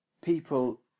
people